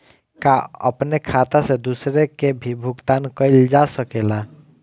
का अपने खाता से दूसरे के भी भुगतान कइल जा सके ला?